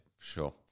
sure